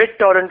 BitTorrent